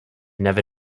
never